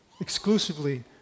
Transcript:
exclusively